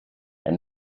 and